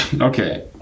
Okay